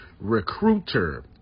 recruiter